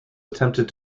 attempted